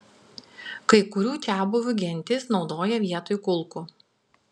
kai kurių čiabuvių gentys naudoja vietoj kulkų